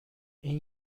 این